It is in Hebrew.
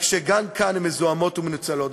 רק שגם כאן הן מזוהמות ומנוצלות.